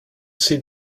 see